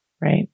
Right